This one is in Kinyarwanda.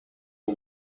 iyi